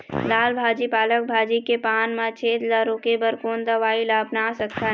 लाल भाजी पालक भाजी के पान मा छेद ला रोके बर कोन दवई ला अपना सकथन?